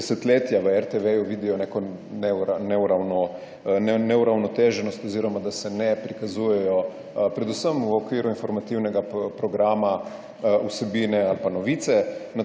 desetletje v RTV vidijo neko neuravnoteženost oziroma da se ne prikazujejo predvsem v okviru informativnega programa vsebine ali pa novice